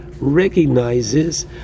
recognizes